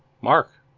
mark